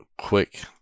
Quick